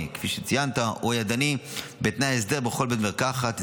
או ידני בתנאי הסדר בכל בית מרקחת),